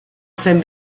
zen